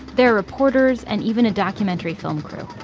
there are reporters and even a documentary film crew.